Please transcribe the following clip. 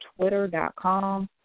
twitter.com